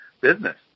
business